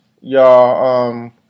y'all